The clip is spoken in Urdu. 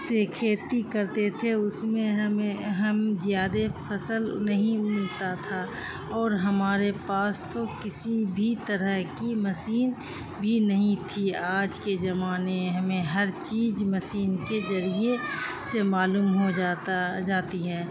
سے کھیتی کرتے تھے اس میں ہمیں ہم زیادہ فصل نہیں ملتا تھا اور ہمارے پاس تو کسی بھی طرح کی مشین بھی نہیں تھی آج کے زمانے ہمیں ہر چیز مشین کے ذریعے سے معلوم ہو جاتا جاتی ہے